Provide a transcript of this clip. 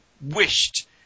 wished